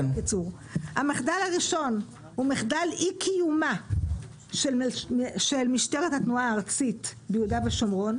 המחדל הראשון הוא מחדל אי קיומה של משטרת התנועה הארצית ביהודה ושומרון.